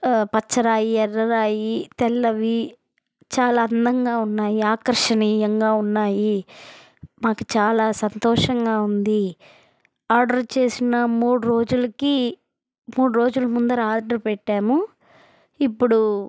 పచ్చ రాయి ఎర్ర రాయి తెల్లవి చాలా అందంగా ఉన్నాయి ఆకర్షణీయంగా ఉన్నాయి మాకు చాలా సంతోషంగా ఉంది ఆర్డర్ చేసిన మూడు రోజులకి మూడు రోజులు ముందర ఆర్డర్ పెట్టాము ఇప్పుడు